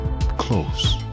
close